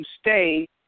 stay